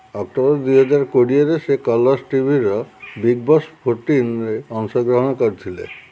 October ଦୁଇହଜାର କୋଡ଼ିଏରେ ସେ କଲର୍ସ ଟିଭିର ବିଗ୍ ବସ୍ ଫୋର୍ଟିନ୍ରେ ଅଂଶଗ୍ରହଣ କରିଥିଲେ